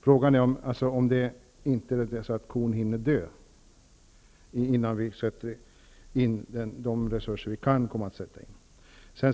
Frågan är om kon inte hinner dö innan vi sätter in de resurser vi kan komma att sätta in.